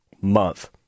month